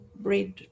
bread